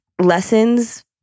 lessons